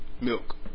Milk